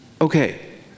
Okay